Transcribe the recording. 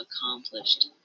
accomplished